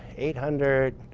eight hundred.